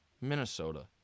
Minnesota